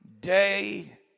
day